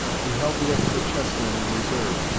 he held the extra chessmen in reserve,